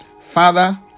Father